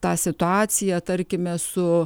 tą situaciją tarkime su